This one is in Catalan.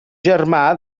germà